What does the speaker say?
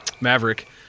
Maverick